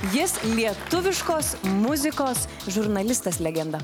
jis lietuviškos muzikos žurnalistas legenda